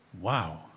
Wow